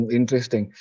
Interesting